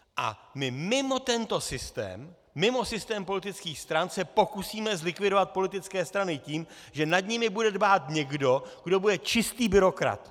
A my mimo tento systém, mimo systém politických stran, se pokusíme zlikvidovat politické strany tím, že nad nimi bude dbát někdo, kdo bude čistý byrokrat.